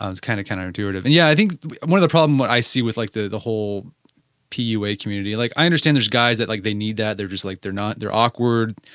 ah it's kind of kind of intuitive. and yeah, i think one of the problem but i see with like the the whole pua community like i understand there is guys that like they need that, they're just like they're not they're awkward,